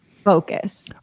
focus